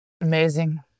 Amazing